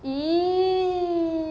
!ee!